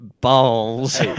balls